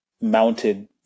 mounted